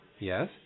Yes